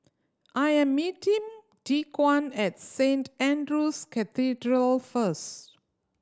I am meeting Dequan at Saint Andrew's Cathedral first